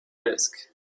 desk